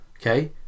Okay